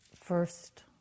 first